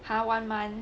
!huh! one month